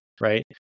Right